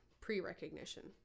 pre-recognition